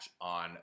on